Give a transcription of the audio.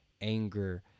anger